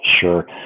Sure